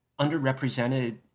underrepresented